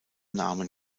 namen